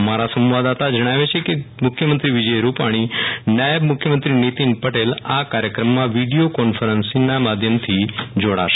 અમારા સંવાદદાતા જણાવે છે કે મુખ્યમંત્રી વિજય રૂપાણી નાયબ મુખ્યમંત્રી નીતિન પટેલ આ કાર્યક્રમમાં વીડિયો કોન્ફરન્સિંગ માધ્યમથી જોડાશે